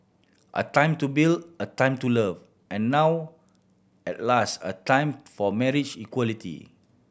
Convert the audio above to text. a time to build a time to love and now at last a time for marriage equality